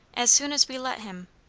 as soon as we let him.